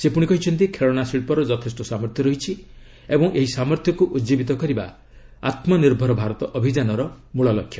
ସେ କହିଛନ୍ତି ଖେଳଣା ଶିଳ୍ପର ଯଥେଷ୍ଟ ସାମର୍ଥ୍ୟ ରହିଛି ଓ ଏହି ସାମର୍ଥ୍ୟକୁ ଉଜ୍ଜୀବିତ କରିବା ଆତ୍ମନିର୍ଭର ଭାରତ ଅଭିଯାନର ମୂଳ ଲକ୍ଷ୍ୟ